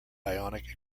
ionic